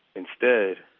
instead,